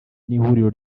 n’ihuriro